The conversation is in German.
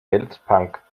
weltbank